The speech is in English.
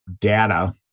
data